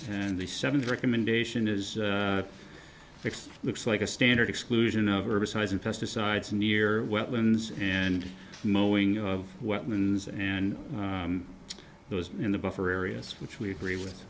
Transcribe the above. and the seven recommendation is fixed looks like a standard exclusion of herbicides and pesticides near weapons and molding of weapons and those in the buffer areas which we agree with